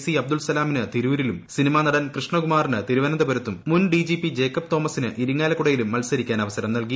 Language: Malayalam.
സി അബ്ദുൽ സലാമിന് തിരൂരിലും സിനിമാ നടൻ കൃഷ്ണകുമാറിന് തിരുവനന്തപുരത്തും മുൻ ഡിജിപി ജേക്കബ് തോമസിന് ഇരിങ്ങാലക്കുടയിലും മൽസരിക്കാൻ അവസരം നൽകി